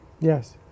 Yes